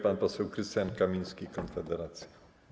Pan poseł Krystian Kamiński, Konfederacja.